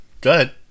Good